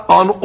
on